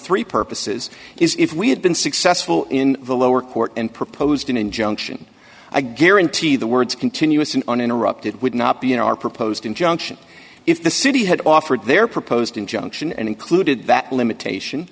three purposes is if we had been successful in the lower court and proposed an injunction a guarantee the words continuous and uninterrupted would not be in our proposed injunction if the city had offered their proposed injunction and included that limitation